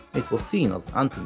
it was seen as